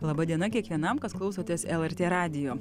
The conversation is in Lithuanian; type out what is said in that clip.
laba diena kiekvienam kas klausotės lrt radijo